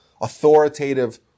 authoritative